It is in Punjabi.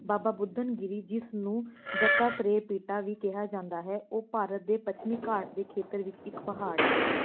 ਬਾਬਾ ਬੁਦਨ ਗਿਰੀ ਜਿਸ ਨੂੰ ਦੱਤਾਤ੍ਰੇਅ ਪੀਟਾ ਵੀ ਕਿਹਾ ਜਾਂਦਾ ਹੈ ਉਹ ਭਾਰਤ ਦੇ ਪੱਛਮੀ ਘਾਟ ਦੇ ਖੇਤਰ ਵਿੱਚ ਇੱਕ ਪਹਾੜ ਹੈ